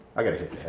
i gotta hit